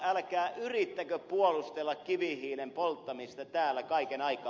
älkää yrittäkö puolustella kivihiilen polttamista täällä kaiken aikaa